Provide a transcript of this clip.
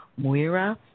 Muira